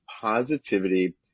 positivity